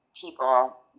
people